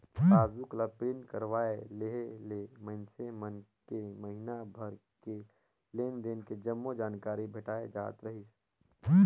passbook ला print करवाये लेहे ले मइनसे मन के महिना भर के लेन देन के जम्मो जानकारी भेटाय जात रहीस